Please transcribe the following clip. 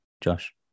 josh